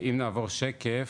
אם נעבור שקף,